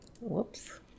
Whoops